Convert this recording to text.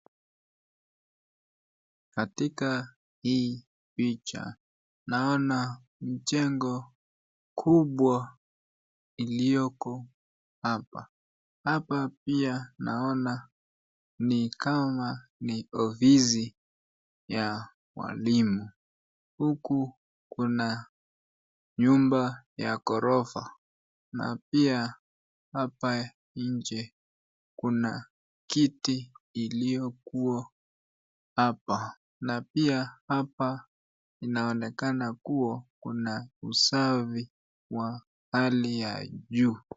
Katika hii picha naona jengo kubwa ilioko hapa hapa pia naona ni kama ni ofisi ya mwalimu huku Kuna nyumba ya ghorofa na pia hapa nje Kuna kitu ya ilikuwa hapa na pia inaonekana kuwa na usafi wa hali ya juu.